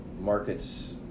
markets